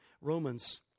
Romans